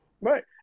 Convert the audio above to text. Right